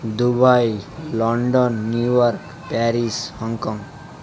Dubai London New York Paris Hong Kong